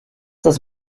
das